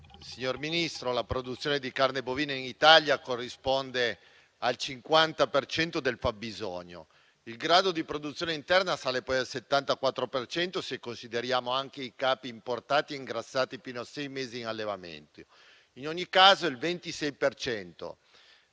signor Ministro, la produzione di carne bovina in Italia corrisponde al 50 per cento del fabbisogno. Il grado di produzione interna sale poi al 74 per cento se consideriamo anche i capi importati e ingrassati fino a sei mesi in allevamenti. In ogni caso, il 26